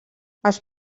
els